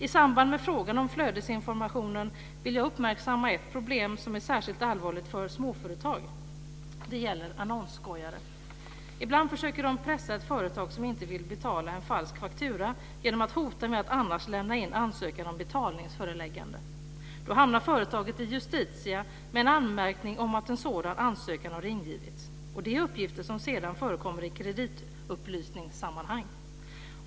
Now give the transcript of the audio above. I samband med frågan om flödesinformation vill jag uppmärksamma ett problem som är särskilt allvarligt för småföretag. Det gäller annonsskojare. Ibland försöker de pressa ett företag som inte vill betala en falsk faktura genom att hota med att annars lämna in ansökan om betalningsföreläggande. Då hamnar företaget i Justitia med en anmärkning om att en sådan ansökan har ingivits. Det är uppgifter som sedan förekommer i kreditupplysningssammanhang.